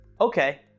okay